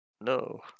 No